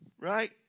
right